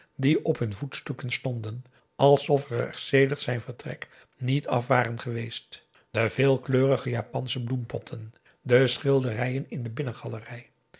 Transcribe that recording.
die op hun voetstukken stonden alsof ze er sedert zijn vertrek niet af waren geweest de veelkleurige japansche bloempotten de schilderijen in de